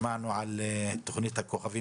כבר בכנסת הקודמת שמענו על תוכנית הכוכבים